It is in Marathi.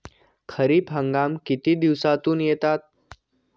खरीप हंगाम किती दिवसातून येतात?